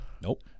Nope